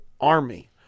army